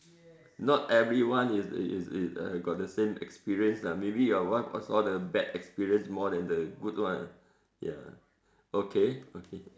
not everyone is is is uh got the same experience lah maybe your wife got all the bad experience more than the good one ya okay okay